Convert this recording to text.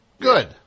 Good